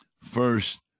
first